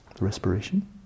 respiration